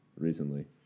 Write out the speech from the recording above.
recently